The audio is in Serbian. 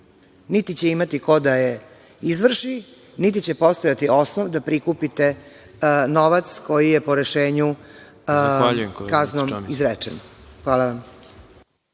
niti će imati ko da je izvrši, niti će postojati osnov da prikupite novac koji je po rešenju kaznom izrečen. Hvala vam.